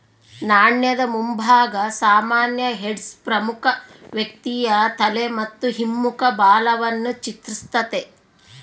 ನಾಣ್ಯದ ಮುಂಭಾಗ ಸಾಮಾನ್ಯ ಹೆಡ್ಸ್ ಪ್ರಮುಖ ವ್ಯಕ್ತಿಯ ತಲೆ ಮತ್ತು ಹಿಮ್ಮುಖ ಬಾಲವನ್ನು ಚಿತ್ರಿಸ್ತತೆ